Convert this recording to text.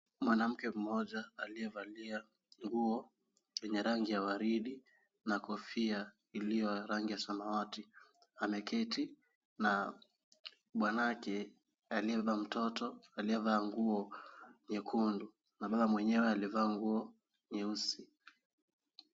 Mwanamke mmoja aliyevalia nguo yenye rangi ya waridi na kofia iliyo ya rangi ya samawati ameketi na bwanake aliyebeba mtoto aliyevaa nguo nyekundu na baba mwenye amevaa nguo nyeusi.